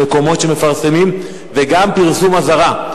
המקומות שמפרסמים וגם פרסום אזהרה.